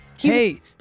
Hey